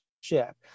ship